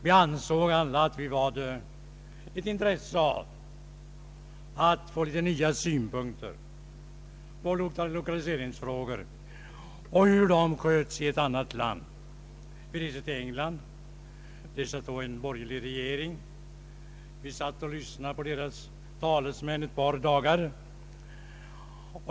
Vi ansåg alla att vi hade intresse av att få litet nya synpunkter på hur lokaliseringsfrågorna sköts i ett annat land. I England satt då en borgerlig regering. Vi lyssnade på dess talesmän ett par dagar.